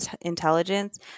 intelligence